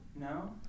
No